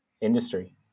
industry